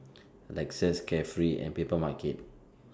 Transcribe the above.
Lexus Carefree and Papermarket